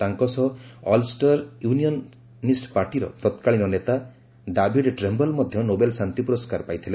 ତାଙ୍କ ସହ Ulster Unionist ପାର୍ଟିର ତତ୍କାଳୀନ ନେତା ଡାଭିଡ୍ ଟ୍ରେମ୍ବଲ ମଧ୍ୟ ନୋବେଲ୍ ଶାନ୍ତି ପୁରସ୍କାର ପାଇଥିଲେ